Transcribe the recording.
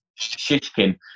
Shishkin